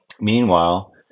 Meanwhile